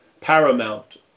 paramount